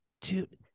Dude